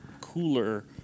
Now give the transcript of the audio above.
cooler